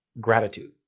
gratitude